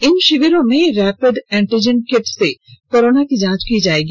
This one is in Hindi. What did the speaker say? इन शिविरों में रैपिड एंटिजेन किट से कोरोना की जांच की जायेगी